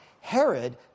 Herod